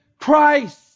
Christ